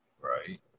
Right